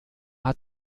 hat